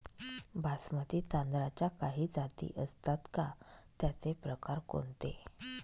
बासमती तांदळाच्या काही जाती असतात का, त्याचे प्रकार कोणते?